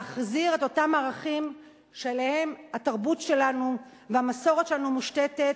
להחזיר את אותם ערכים שעליהם התרבות שלנו והמסורת שלנו מושתתות.